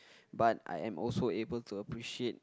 but I am also able to appreciate